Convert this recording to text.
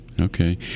Okay